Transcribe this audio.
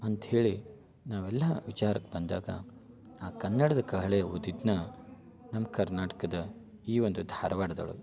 ಅಂತ ಹೇಳಿ ನಾವೆಲ್ಲ ವಿಚಾರಕ್ಕೆ ಬಂದಾಗ ಆ ಕನ್ನಡದ ಕಹಳೆ ಊದಿದ್ದನ್ನ ನಮ್ಮ ಕರ್ನಾಟಕದ ಈ ಒಂದು ಧಾರವಾಡದೊಳಗೆ